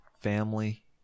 family